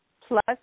plus